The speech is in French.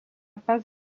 pas